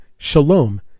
Shalom